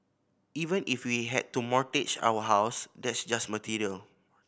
even if we had to mortgage our house that's just material